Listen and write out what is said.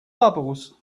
bubbles